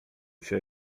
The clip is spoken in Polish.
się